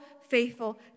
faithful